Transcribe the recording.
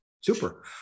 Super